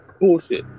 Bullshit